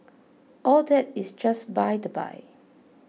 all that is just by the by